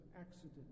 accident